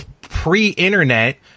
pre-internet